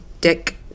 Dick